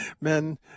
men